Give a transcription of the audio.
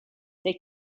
they